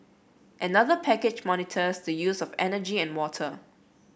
another package monitors the use of energy and water